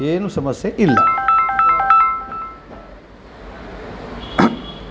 ಏನೂ ಸಮಸ್ಯೆ ಇಲ್ಲ